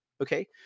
Okay